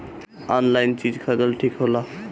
Online चीज खरीदल ठिक होला?